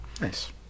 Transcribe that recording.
Nice